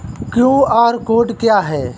QR code क्या है?